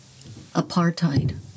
apartheid